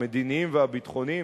המדיניים והביטחוניים,